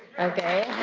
okay.